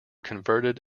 converted